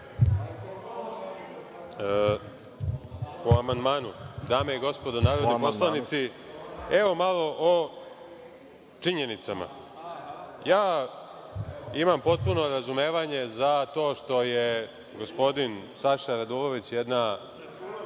Po amandmanu. Dame i gospodo narodni poslanici, evo malo o činjenicama. Imam potpuno razumevanje za to što je gospodin Saša Radulović jedna